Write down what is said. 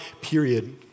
period